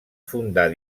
fundar